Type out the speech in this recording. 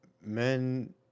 men